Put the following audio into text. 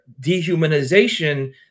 dehumanization